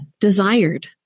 desired